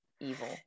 evil